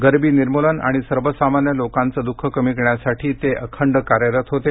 गरिबी निर्मूलन आणि सर्वसामान्य लोकांचं द्ःख कमी करण्यासाठी ते अखंड कार्यरत होते